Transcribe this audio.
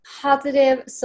positive